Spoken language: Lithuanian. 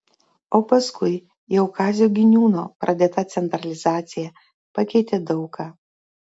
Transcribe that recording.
o paskui jau kazio giniūno pradėta centralizacija pakeitė daug ką